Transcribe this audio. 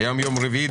היום יום רביעי,